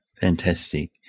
fantastic